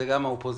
זה גם האופוזיציה.